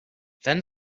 then